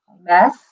mess